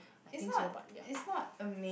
I think so but ya